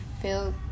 feel